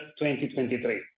2023